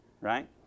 right